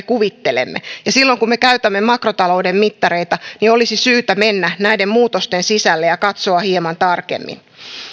kuvittelemme ja silloin kun me käytämme makrotalouden mittareita olisi syytä mennä näiden muutosten sisälle ja katsoa hieman tarkemmin